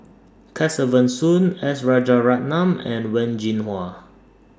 Kesavan Soon S Rajaratnam and Wen Jinhua